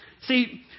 See